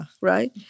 right